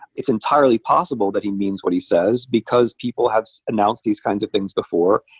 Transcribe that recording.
it's entirely possible that he means what he says because people have announced these kinds of things before,